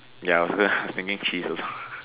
ya I was gonna thinking cheese also